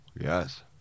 Yes